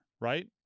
right